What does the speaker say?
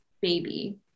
baby